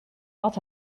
had